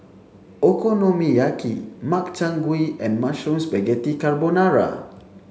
Okonomiyaki Makchang Gui and Mushroom Spaghetti Carbonara